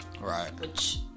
Right